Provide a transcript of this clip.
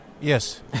yes